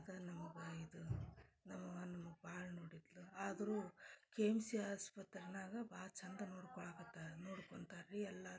ಅದ ನಮ್ಗೆ ಇದು ನಮ್ಮವ್ವ ನಮ್ಗೆ ಭಾಳ ನೋಡಿದ್ಲು ಆದರು ಕೆ ಎಮ್ ಸಿ ಆಸ್ಪತ್ರೆನಾಗ ಭಾಳ ಚಂದ ನೋಡ್ಕೊಳಕತ್ತಾರೆ ನೋಡ್ಕೊಂತಾರೆ ರೀ ಎಲ್ಲಾತು